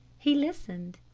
he listened.